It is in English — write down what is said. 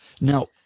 Now